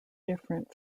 different